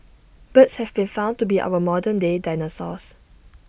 birds have been found to be our modern day dinosaurs